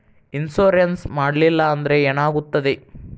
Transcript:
Insurance ಮಾಡಲಿಲ್ಲ ಅಂದ್ರೆ ಏನಾಗುತ್ತದೆ?